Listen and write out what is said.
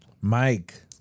Mike